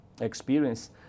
experience